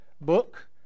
book